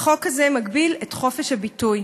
החוק הזה מגביל את חופש הביטוי,